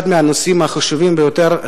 אחד מהנושאים החשובים ביותר,